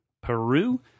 Peru